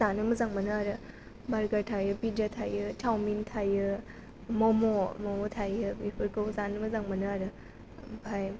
जानो मोजां मोनो आरो बार्गार थायो पिज्जा थायो चाउमिन थायो मम' मम' थायो बेफोरखौ जानो मोजां मोनो आरो ओमफाय